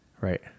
Right